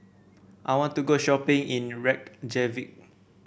I want to go shopping in Reykjavik